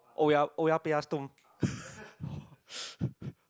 oh-yah oh-yah-beh-yah-som